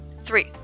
Three